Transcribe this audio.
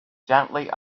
gently